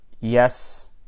yes